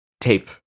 tape